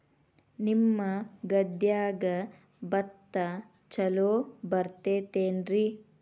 ನಿಮ್ಮ ಗದ್ಯಾಗ ಭತ್ತ ಛಲೋ ಬರ್ತೇತೇನ್ರಿ?